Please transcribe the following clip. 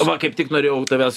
va kaip tik norėjau tavęs